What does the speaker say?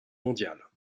mondiale